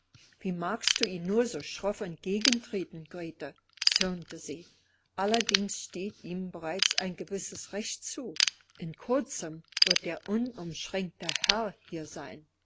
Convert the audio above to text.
wie magst du ihm nur so schroff entgegentreten grete zürnte sie allerdings steht ihm bereits ein gewisses recht zu in kurzem wird er unumschränkter herr hier sein